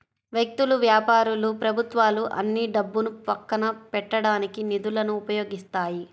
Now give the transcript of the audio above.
వ్యక్తులు, వ్యాపారాలు ప్రభుత్వాలు అన్నీ డబ్బును పక్కన పెట్టడానికి నిధులను ఉపయోగిస్తాయి